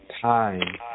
time